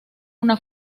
una